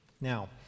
Now